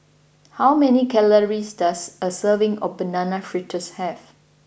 how many calories does a serving of Banana Fritters have